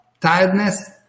Tiredness